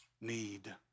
need